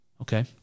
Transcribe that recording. Okay